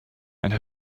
and